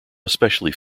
especially